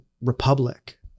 Republic